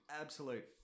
absolute